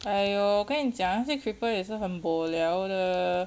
!aiyo! 跟你讲那些 creeper 也是很 boh liao 的